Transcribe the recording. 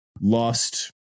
lost